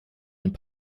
und